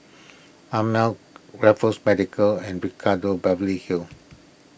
Ameltz Raffles Medical and Ricardo Beverly Hills